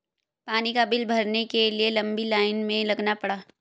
पानी का बिल भरने के लिए लंबी लाईन में लगना पड़ा